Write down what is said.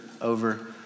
over